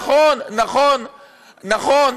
נכון, נכון, נכון.